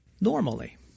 normally